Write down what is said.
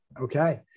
Okay